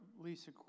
Lisa